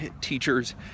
teachers